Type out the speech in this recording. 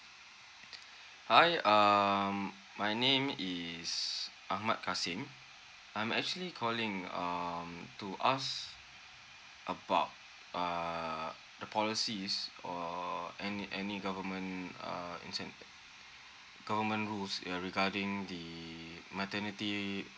hi um my name is ahmad kassim I'm actually calling um to ask about err the policy is or any any government uh incent~ government rules ya regarding the maternity